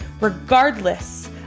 Regardless